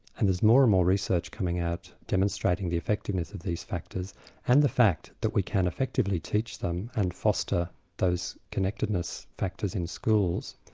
and there's more and more research coming out demonstrating the effectiveness of these factors and the fact that we can effectively teach them and foster those connectedness factors in schools.